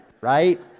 right